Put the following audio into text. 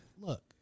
look